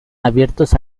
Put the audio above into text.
abiertos